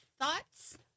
Thoughts